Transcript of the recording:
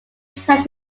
french